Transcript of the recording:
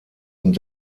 und